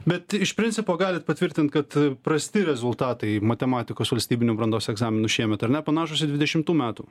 bet iš principo galit patvirtint kad prasti rezultatai matematikos valstybinių brandos egzaminų šiemet ar ne panašūs į dvidešimtų metų